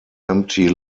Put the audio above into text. empty